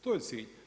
To je cilj.